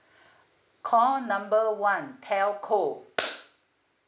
call number one telco